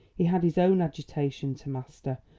he had his own agitation to master,